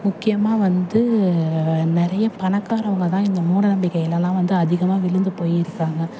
முக்கியமாக வந்து நிறைய பணக்காரங்க தான் இந்த மூட நம்பிக்கையிலெல்லாம் வந்து அதிகமாக விழுந்து போய்ருக்காங்க